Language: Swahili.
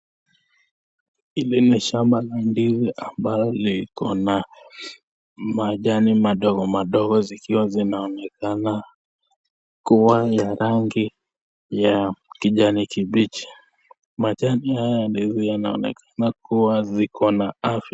Hili ni shamba la ndizi ambalo liko na majani madogo madogo zikiwa zinaonekana kua ya rangi ya kijani kibichi. Majani haya vile vile yanaonekana kua yako na afya.